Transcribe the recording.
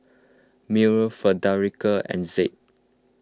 Miller Frederica and Zeb